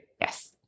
Yes